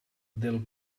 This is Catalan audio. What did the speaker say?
del